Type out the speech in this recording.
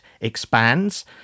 expands